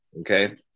okay